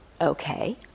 okay